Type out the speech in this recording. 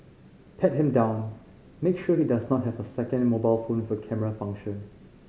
pat him down make sure he does not have a second mobile phone with a camera function